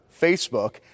Facebook